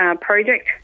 project